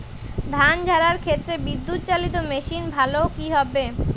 ধান ঝারার ক্ষেত্রে বিদুৎচালীত মেশিন ভালো কি হবে?